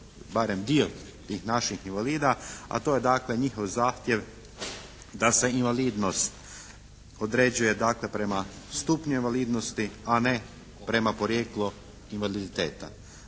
barem dio tih naših invalida, a to je dakle njihov zahtjev da se invalidnost određuje dakle prema stupnju invalidnosti, a ne prema porijeklu invaliditeta.